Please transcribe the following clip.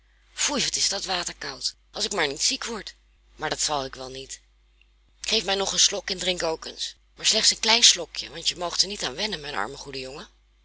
foei wat is het water koud als ik maar niet ziek word maar dat zal ik wel niet geef mij nog een slok en drink ook eens maar slechts een klein slokje want je moogt er niet aan wennen mijn arme goede jongen